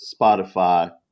Spotify